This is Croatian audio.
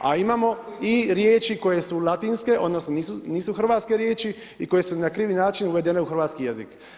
A imamo i riječi koje su latinske, odnosno nisu hrvatske riječi i koje su na krivi način uvedene u hrvatski jezik.